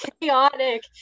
chaotic